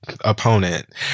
opponent